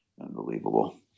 Unbelievable